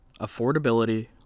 Affordability